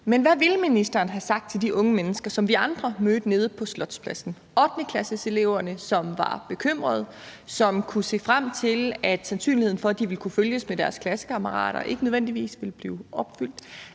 Men hvad ville ministeren have sagt til de unge mennesker, som vi andre mødte nede på Slotspladsen? Det var 8.-klasseelever, som var bekymrede, og som kunne se frem til, at der var sandsynlighed for, at deres ønske om at kunne følges med deres klassekammerater ikke nødvendigvis ville blive opfyldt.